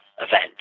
event